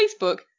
facebook